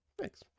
thanks